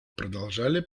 продолжали